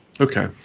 okay